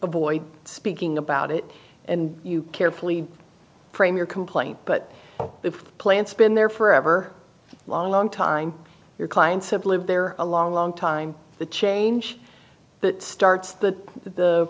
avoid speaking about it and you carefully frame your complaint but the plants been there forever long long time your clients have lived there a long long time the change that starts the the